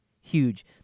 Huge